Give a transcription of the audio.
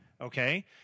Okay